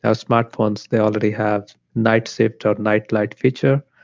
ah smartphones they already have night shift or nightlight feature.